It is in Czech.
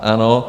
Ano?